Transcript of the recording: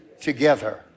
together